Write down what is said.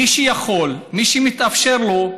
שמי שיכול ומי שמתאפשר לו,